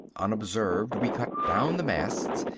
unobserved we cut down the masts,